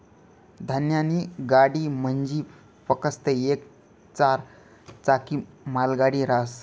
धान्यनी गाडी म्हंजी फकस्त येक चार चाकी मालगाडी रहास